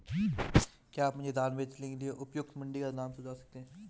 क्या आप मुझे धान बेचने के लिए उपयुक्त मंडी का नाम सूझा सकते हैं?